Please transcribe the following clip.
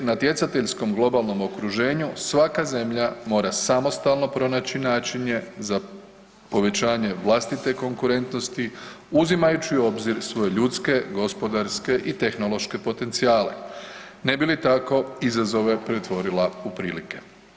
U natjecateljskom globalnom okruženju svaka zemlja mora samostalno pronaći načine za povećanje vlastite konkurentnosti, uzimajući u obzir svoje ljudske, gospodarske i tehnološke potencijale ne bi li tako izazove pretvorila u prilike.